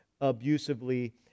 abusively